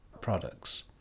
products